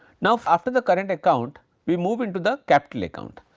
now, after the current account we move into the capital account.